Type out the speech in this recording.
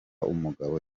umugabo